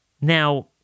Now